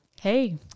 Hey